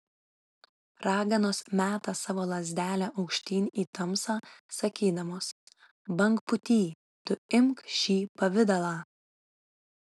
raganos meta savo lazdelę aukštyn į tamsą sakydamos bangpūty tu imk šį pavidalą